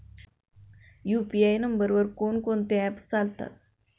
UPI नंबरवर कोण कोणते ऍप्स चालतात?